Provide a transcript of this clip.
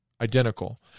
identical